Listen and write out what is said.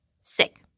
sick